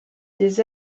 des